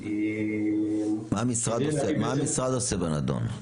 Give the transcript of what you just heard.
--- מה המשרד עושה בנדון?